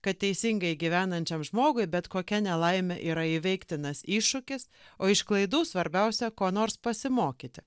kad teisingai gyvenančiam žmogui bet kokia nelaimė yra įveiktinas iššūkis o iš klaidų svarbiausia ko nors pasimokyti